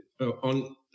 on